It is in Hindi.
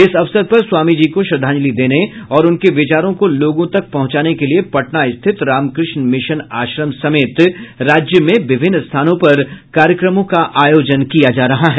इस अवसर पर स्वामी जी को श्रद्धाजंलि देने और उनके विचारों को लोगों तक पहुंचाने के लिये पटना स्थित रामक़ष्ण मिशन आश्रम समेत राज्य में विभिन्न स्थानों पर कार्यक्रमों का आयोजन किया जा रहा है